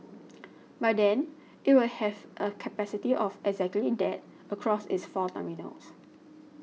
by then it will have a capacity of exactly that across its four terminals